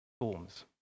forms